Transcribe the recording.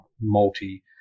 multi